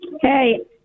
Hey